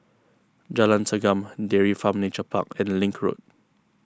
Jalan Segam Dairy Farm Nature Park and Link Road